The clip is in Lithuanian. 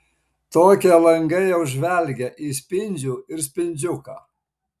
tokie langai jau žvelgia į spindžių ir spindžiuką